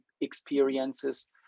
experiences